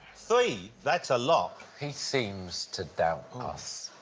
three? that's a lot. he seems to doubt us.